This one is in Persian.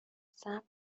صبر